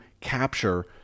capture